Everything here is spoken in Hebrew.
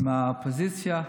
עם האופוזיציה.